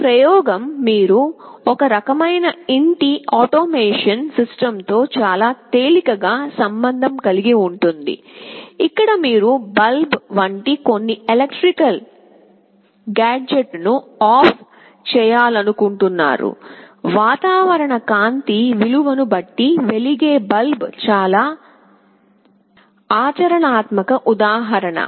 ఈ ప్రయోగం మీరు ఒకరకమైన ఇంటి ఆటోమేషన్ సిస్టమ్తో చాలా తేలికగా సంబంధం కలిగి ఉంటుంది ఇక్కడ మీరు బల్బ్ వంటి కొన్ని ఎలక్ట్రికల్ గాడ్జెట్ను ఆఫ్ చేయాలనుకుంటున్నారు వాతావరణ కాంతి విలువను బట్టి వెలిగే బల్బ్ చాలా ఆచరణాత్మక ఉదాహరణ